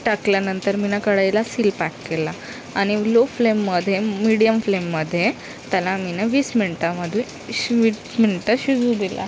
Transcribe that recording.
टाकल्यानंतर मी ना कढईला सील पॅक केला आणि लो फ्लेममधे मिडीयम फ्लेममधे त्याला मी ना वीस मिंटामधे श वीस मिनटं शिजू दिला